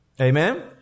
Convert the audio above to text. Amen